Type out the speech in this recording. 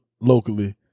locally